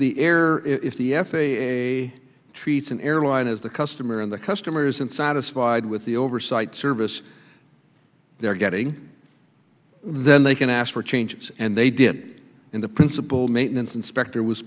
the air is the f a a treats an airline as the customer and the customer isn't satisfied with the oversight service they're getting then they can ask for changes and they did in the principal maintenance inspector was